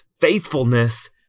faithfulness